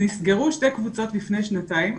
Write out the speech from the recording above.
נסגרו שתי קבוצות לפני שנתיים,